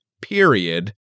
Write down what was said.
period